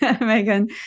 Megan